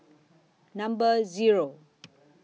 Number Zero